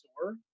store